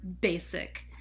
basic